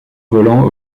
volant